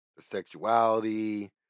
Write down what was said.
Sexuality